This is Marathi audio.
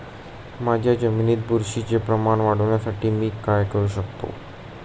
माझ्या जमिनीत बुरशीचे प्रमाण वाढवण्यासाठी मी काय करू शकतो?